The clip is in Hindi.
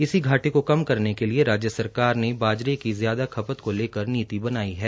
इसी घाटे को कम करने के लिए राज्य सरकार ने बाजरे की ज्यादा खपत को लेकर नीति बनाई हैं